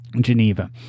Geneva